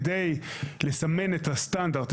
כדי לסמן את הסטנדרט,